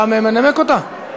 אתה מנמק אותה?